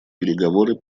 переговоры